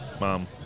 Mom